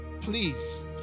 please